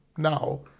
Now